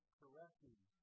correcting